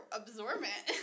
absorbent